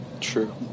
true